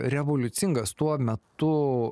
revoliucingas tuo metu